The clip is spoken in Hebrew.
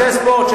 ספורט,